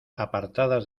apartadas